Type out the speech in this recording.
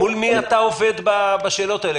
חולדאי, מול מי אתה עובד בעניין השאלות האלה?